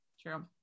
True